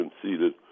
conceded